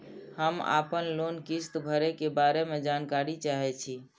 हम आपन लोन किस्त भरै के बारे में जानकारी चाहै छी?